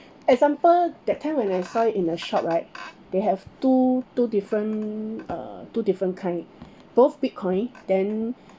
example that time when I saw it in a shop right they have two two different uh two different kind both bitcoin then